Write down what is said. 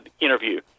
interview